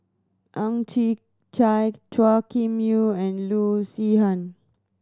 Ang Chwee Chai Chua Kim Yeow and Loo Zihan